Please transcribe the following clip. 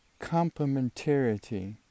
complementarity